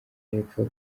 y’epfo